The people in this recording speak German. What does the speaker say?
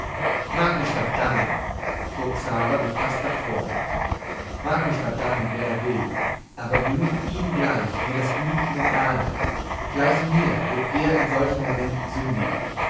mag mich verdammen fuhr xaver gefaßter fort mag mich verdammen wer da will aber glüht ihm gleich mir das blut in den adern gleich mir wird er in solchem moment sündigen